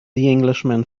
englishman